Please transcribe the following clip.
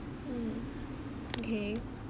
mm okay